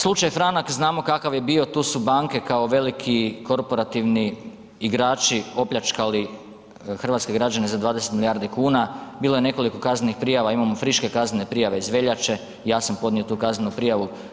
Slučaj Franak znamo kakav je bio, tu su banke kao veliki korporativni igrači opljačkali hrvatske građane za 20 milijardi kuna, bilo je nekoliko kaznenih prijava, imamo friške kaznene prijave iz veljače, ja sam podnio tu kaznenu prijavu.